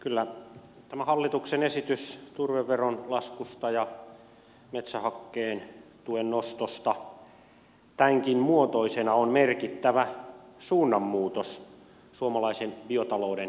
kyllä tämä hallituksen esitys turveveron laskusta ja metsähakkeen tuen nostosta tämänkin muotoisena on merkittävä suunnanmuutos suomalaisen biotalouden kannalta